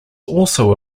also